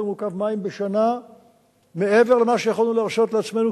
מעוקב מים בשנה מעבר למה שיכולנו להרשות לעצמנו.